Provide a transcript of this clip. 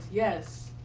yes.